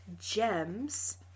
gems